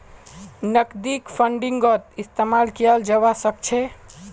नकदीक फंडिंगत इस्तेमाल कियाल जवा सक छे